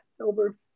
Over